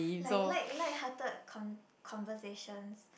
like light light hearted con~ conversations